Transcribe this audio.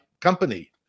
company